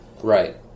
Right